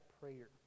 prayer